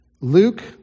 Luke